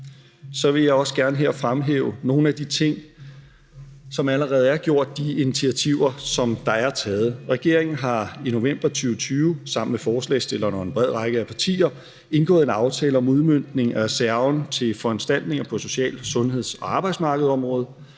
vil jeg også gerne her fremhæve nogle af de ting, som allerede er gjort, altså de initiativer, som er taget. Regeringen har i november 2020 sammen med forslagsstillerne og en bred række af partier indgået en aftale om udmøntningen af reserven til foranstaltninger på social-, sundheds- og arbejdsmarkedsområdet.